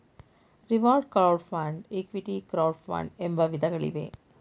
reward crowd fund, equity crowd fund ಎಂಬ ವಿಧಗಳಿವೆ